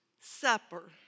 supper